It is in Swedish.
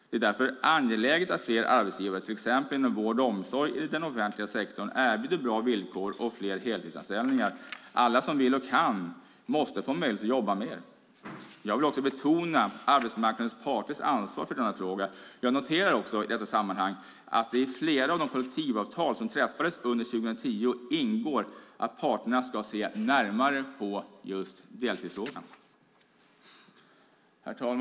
Det är därför angeläget att fler arbetsgivare till exempel inom vård och omsorg i den offentliga sektorn erbjuder bra villkor och fler heltidsanställningar. Alla som vill och kan måste få möjlighet att jobba mer. Jag vill betona arbetsmarknadens parters ansvar i denna fråga. Jag noterar i detta sammanhang att i flera av de kollektivavtal som träffades under 2010 ingår att parterna ska se närmare på just deltidsfrågan. Herr talman!